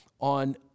on